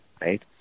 right